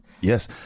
Yes